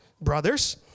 brothers